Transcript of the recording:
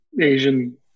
Asian